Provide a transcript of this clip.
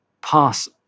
pass